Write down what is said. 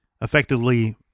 effectively